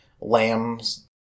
lambs